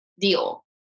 deal